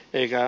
eikä